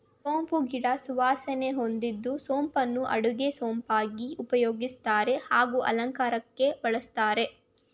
ಸೋಂಪು ಗಿಡ ಸುವಾಸನೆ ಹೊಂದಿದ್ದು ಸೋಂಪನ್ನು ಅಡುಗೆ ಸೊಪ್ಪಾಗಿ ಉಪಯೋಗಿಸ್ತಾರೆ ಹಾಗೂ ಅಲಂಕಾರಕ್ಕಾಗಿ ಬಳಸ್ತಾರೆ